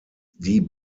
die